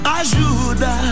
ajuda